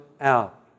out